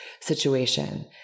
situation